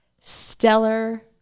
stellar